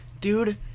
Dude